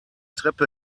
treppe